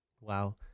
wow